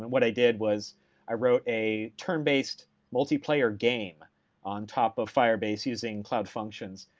and what i did was i wrote a turn-based multiplayer game on top of firebase using cloud functions.